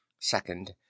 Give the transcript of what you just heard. second